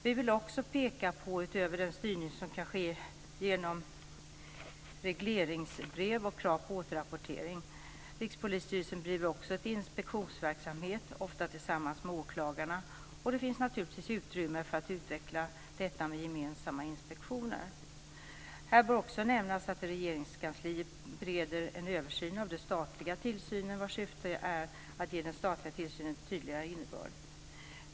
Vi vill också peka på den styrning som kan ske genom regleringsbrev och krav på återrapportering. Rikspolisstyrelsen bedriver också en inspektionsverksamhet, ofta tillsammans med åklagarna. Det finns naturligtvis utrymme för att utveckla detta med gemensamma inspektioner. Här bör också nämnas att man i Regeringskansliet bereder en översyn av den statliga tillsynen, vars syfte är att ge den statliga tillsynen en tydligare innebörd.